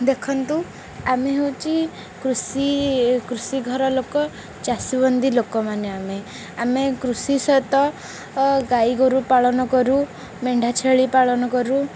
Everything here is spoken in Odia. ଦେଖନ୍ତୁ ଆମେ ହେଉଛି କୃଷି କୃଷି ଘର ଲୋକ ଚାଷୀ ବନ୍ଦୀ ଲୋକମାନେ ଆମେ ଆମେ କୃଷି ସହିତ ଗାଈ ଗୋରୁ ପାଳନ କରୁ ମେଣ୍ଢା ଛେଳି ପାଳନ କରୁ